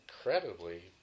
incredibly